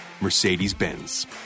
Mercedes-Benz